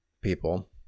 people